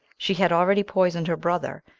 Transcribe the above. she had already poisoned her brother,